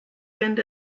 wind